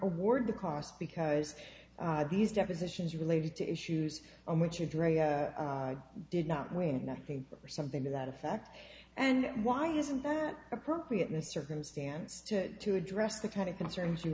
awarded the cost because these depositions related to issues on which right did not win nothing or something to that effect and why isn't that appropriateness circumstance to address the kind of concerns you